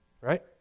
right